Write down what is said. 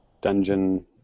dungeon